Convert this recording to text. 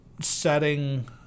setting